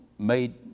made